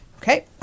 Okay